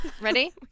Ready